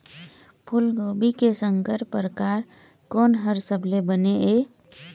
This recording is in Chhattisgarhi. फूलगोभी के संकर परकार कोन हर सबले बने ये?